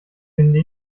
finde